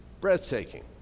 Breathtaking